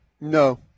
no